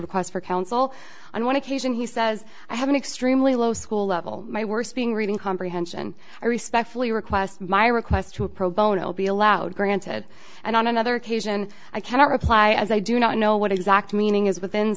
requests for counsel on one occasion he says i have an extremely low school level my worst being reading comprehension i respect fully request my request to a pro bono be allowed granted and on another occasion i cannot reply as i do not know what exact meaning is within